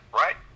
right